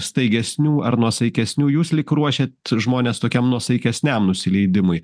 staigesnių ar nuosaikesnių jūs lyg ruošėt žmones tokiam nuosaikesniam nusileidimui